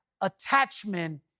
attachment